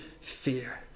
fear